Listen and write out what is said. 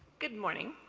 good morning.